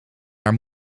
haar